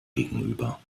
gegenüber